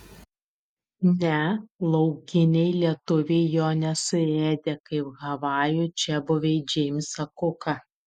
ne laukiniai lietuviai jo nesuėdė kaip havajų čiabuviai džeimsą kuką